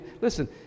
listen